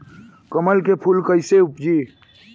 कमल के फूल कईसे उपजी?